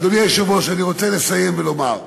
אדוני היושב-ראש, אני רוצה לסיים ולומר: